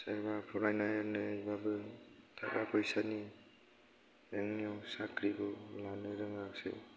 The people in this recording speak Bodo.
सोरबा फरायनानैबाबो थाखा फैसानि जेंनायाव साख्रिखौ लानो रोङाखिसै